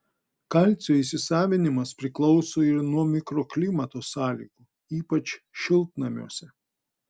kalcio įsisavinimas priklauso ir nuo mikroklimato sąlygų ypač šiltnamiuose